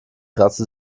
kratzte